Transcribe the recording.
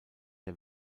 der